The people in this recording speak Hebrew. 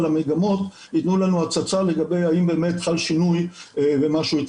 גם הנתונים הסוציאליים של העובדת הסוציאלית ומתחילים להיות